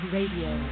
Radio